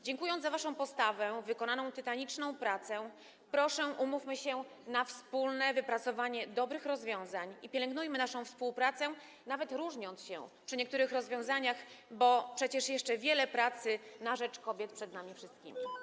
Dziękując za waszą postawę, wykonaną tytaniczną pracę, proszę, umówmy się na wspólne wypracowanie dobrych rozwiązań i pielęgnujmy naszą współpracę, nawet różniąc się przy niektórych rozwiązaniach, bo przecież jeszcze wiele pracy na rzecz kobiet przed nami wszystkimi.